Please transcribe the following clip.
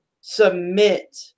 submit